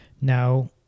Now